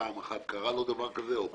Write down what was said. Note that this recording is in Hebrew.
שפעם אחת קרה לו דבר כזה, או פעמיים,